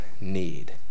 need